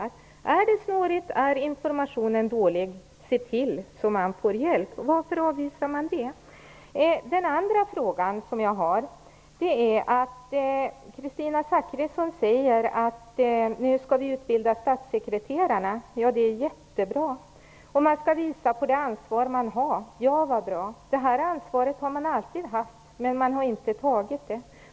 Är det snårigt och informationen dålig får man se till att få hjälp. Varför avvisas vårt förslag? Jag har en andra fråga. Kristina Zakrisson säger: Nu skall vi utbilda statssekreterarna. Det är jättebra. Man skall visa på det ansvar de har. Vad bra. Det ansvaret har de alltid haft, men de har inte tagit det.